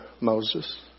Moses